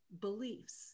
beliefs